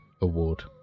award